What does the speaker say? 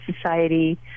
Society